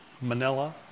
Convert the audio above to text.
Manila